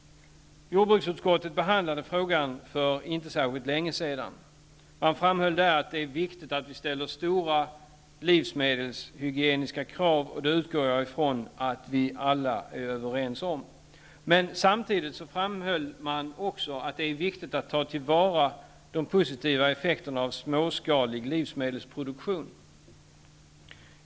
Jordbruksutskottet behandlade frågan för inte särskilt länge sedan och framhöll då att det är viktigt att vi ställer stora livsmedelshygieniska krav. Det utgår jag ifrån att vi alla är överens om. Men samtidigt framhöll utskottet också att det är viktigt att ta till vara de positiva effekterna av småskalig livsmedelsproduktion.